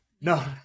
No